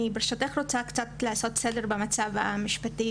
אני רוצה לעשות סדר במצב המשפטי,